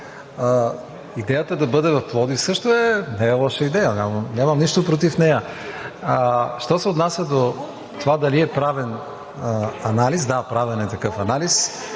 Идеята да бъде в Пловдив също не е лоша идея, нямам нищо против нея. Що се отнася до това дали е правен анализ – да, правен е такъв анализ.